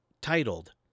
titled